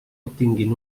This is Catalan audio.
obtinguin